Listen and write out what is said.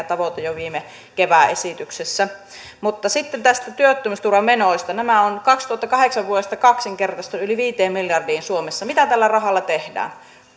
tavoite jo viime kevään esityksessä mutta sitten näistä työttömyysturvamenoista nämä ovat vuodesta kaksituhattakahdeksan kaksinkertaistuneet yli viiteen miljardiin suomessa mitä tällä rahalla tehdään